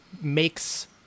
makes